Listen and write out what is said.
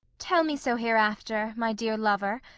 tell me so hereafter, my dear lover.